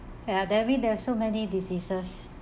ya that mean there are so many diseases